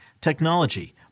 technology